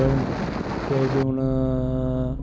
कनकै च हून